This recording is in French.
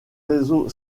réseau